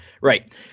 right